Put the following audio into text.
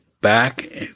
back